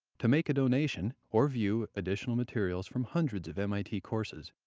to make a donation or view additional materials from hundreds of mit courses,